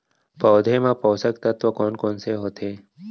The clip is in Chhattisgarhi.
पौधे मा पोसक तत्व कोन कोन से होथे?